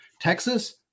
Texas